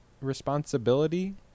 responsibility